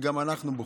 וגם אנחנו בוכים.